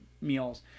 meals